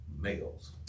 males